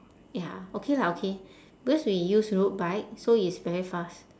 ya okay lah okay because we use road bike so it's very fast